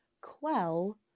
quell